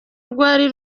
rwari